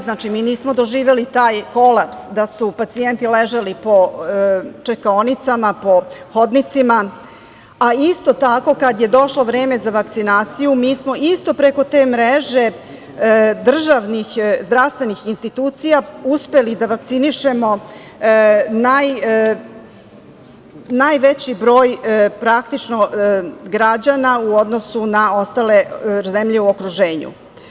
Znači, mi nismo doživeli taj kolaps da su pacijenti ležali po čekaonicama, po hodnicima, a isto tako kad je došlo vreme za vakcinaciju, mi smo isto tako preko te mreže državnih zdravstvenih institucija uspeli da vakcinišemo najveći broj građana u odnosu na ostale zemlje u okruženju.